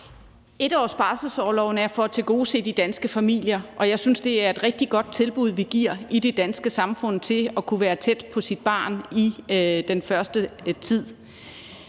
1-årige barselsorlov er til for at tilgodese de danske familier, og jeg synes, at det er et rigtig godt tilbud, vi giver i det danske samfund, om at kunne være tæt på sit barn i den første tid.